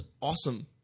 awesome